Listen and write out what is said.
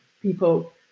people